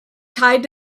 tied